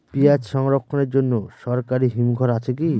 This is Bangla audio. পিয়াজ সংরক্ষণের জন্য সরকারি হিমঘর আছে কি?